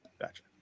gotcha